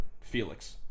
Felix